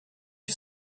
you